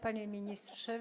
Panie Ministrze!